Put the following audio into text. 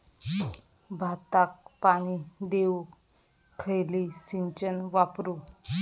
भाताक पाणी देऊक खयली सिंचन वापरू?